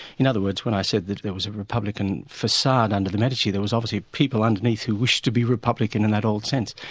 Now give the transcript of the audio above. in other words, when i said that there was a republican facade under the medici, there were obviously people underneath who wished to be republican in that old sense.